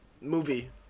movie